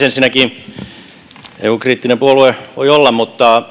ensinnäkin eu kriittinen puolue voi olla mutta